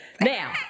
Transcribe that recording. Now